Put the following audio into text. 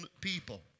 people